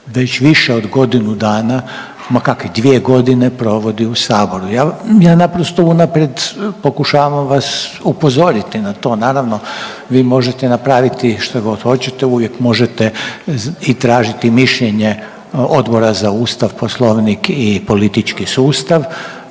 već više od godinu dana, ma kakvi, dvije godine provodi u Saboru. Ja naprosto unaprijed pokušavam vas upozoriti na to, naravno, vi možete napraviti što god hoćete, uvijek možete i tražiti mišljenje Odbora za Ustav, Poslovnik i politički sustav,